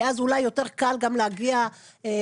כי אז אולי יותר קל גם להגיע לאנשים.